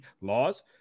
laws